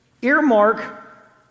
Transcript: earmark